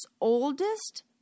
oldest